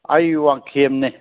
ꯑꯩ ꯋꯥꯡꯈꯦꯝꯅꯦ